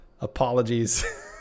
apologies